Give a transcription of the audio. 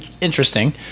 interesting